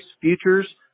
futures